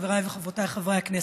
חבריי וחברותיי חברי הכנסת,